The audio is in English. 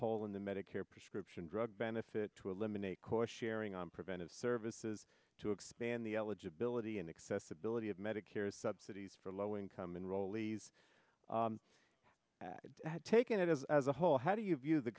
hole in the medicare prescription drug benefit to eliminate core sharing on preventive services to expand the eligibility and accessibility of medicare as subsidies for low income enrollees had taken it as a whole how do you view the